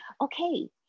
okay